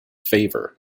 favor